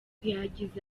yagize